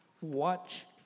watch